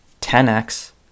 10x